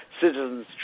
Citizens